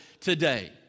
today